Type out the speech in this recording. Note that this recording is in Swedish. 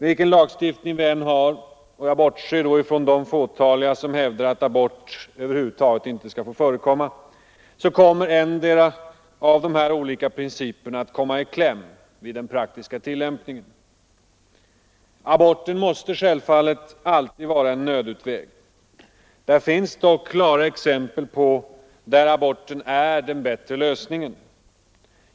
Vilken lagstiftning vi än har — jag bortser då ifrån de fåtaliga som hävdar att abort över huvud taget inte får förekomma — så kommer endera av de olika principerna i kläm vid den praktiska tillämpningen. Aborten måste självfallet alltid vara en nödutväg. Det finns dock klara exempel där aborten är den bättre lösningen.